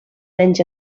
menys